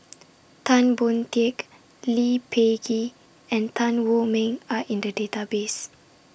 Tan Boon Teik Lee Peh Gee and Tan Wu Meng Are in The Database